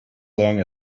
long